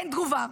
אין תגובה.